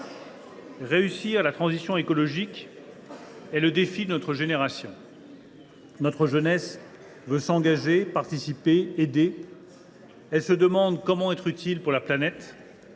Réussir la transition écologique est le défi de notre génération. Notre jeunesse veut s’engager, participer et aider. Elle se demande comment être utile pour la planète.